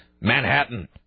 Manhattan